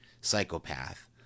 psychopath